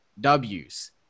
w's